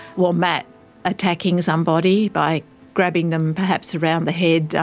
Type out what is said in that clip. well, matt attacking somebody by grabbing them perhaps around the head,